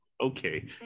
okay